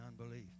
unbelief